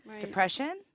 Depression